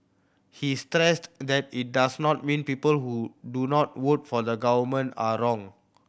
he stressed that it does not mean people who do not vote for the Government are wrong